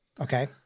Okay